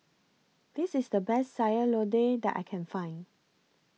This IS The Best Sayur Lodeh that I Can Find